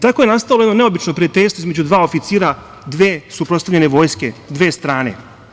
Tako je nastalo jedno neobično prijateljstvo između dva oficira dve suprotstavljene vojske, dve strane.